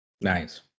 Nice